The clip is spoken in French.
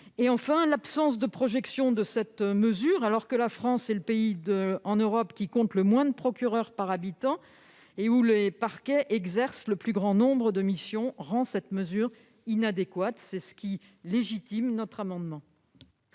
concrète. L'absence de projection de cette mesure, alors que la France est le pays en Europe qui compte le moins de procureurs par habitant et où les parquets exercent le plus grand nombre de missions, la rend inadéquate. L'amendement